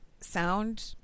Sound